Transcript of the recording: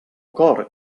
cor